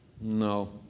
No